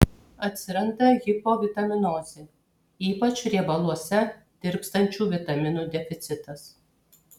atsiranda hipovitaminozė ypač riebaluose tirpstančių vitaminų deficitas